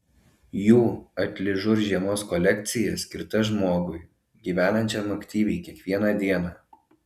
jų atližur žiemos kolekcija skirta žmogui gyvenančiam aktyviai kiekvieną dieną